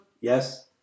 yes